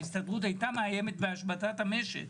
ההסתדרות הייתה מאיימת בהשבתת המשק.